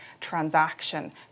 transaction